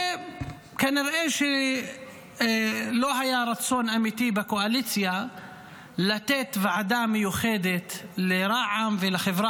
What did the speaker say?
וכנראה שלא היה רצון אמיתי בקואליציה לתת ועדה מיוחדת לרע"מ ולחברה